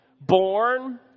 Born